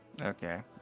Okay